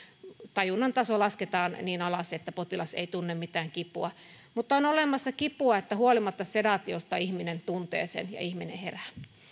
tajunnantaso lasketaan niin alas että potilas ei tunne mitään kipua mutta on olemassa sellaista kipua että huolimatta sedaatiosta ihminen tuntee sen ja ihminen herää